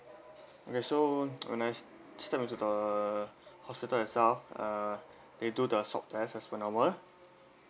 okay so oh nice step into the hospital itself uh they do the swab test that's one hour